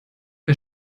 bei